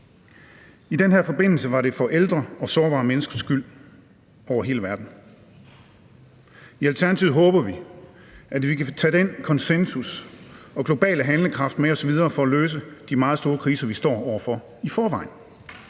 I den her forbindelse var det for ældres og sårbare menneskers skyld over hele verden. I Alternativet håber vi, at vi kan tage den konsensus og globale handlekraft med os videre for at løse de meget store kriser, vi står over for i forvejen,